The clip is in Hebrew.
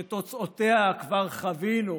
שאת תוצאותיה כבר חווינו